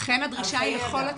לכן הדרישה היא לכל הצוותים.